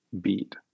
beat